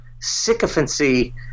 sycophancy